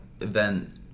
event